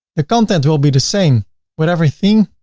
the content will be the same with every theme